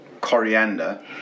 coriander